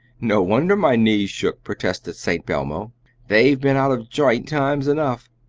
no wonder my knees shook, protested st. belmo they've been out of joint times enough.